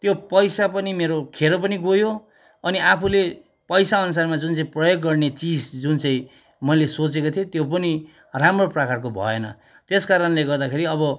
त्यो पैसा पनि मेरो खेरो पनि गयो अनि आफूले पैसा अनुसारमा जुन चाहिँ प्रयोग गर्ने चिज जुन चाहिँ मैले सोचेको थिएँ त्यो पनि राम्रो प्रकारको भएन त्यसकारणले गर्दाखेरि अब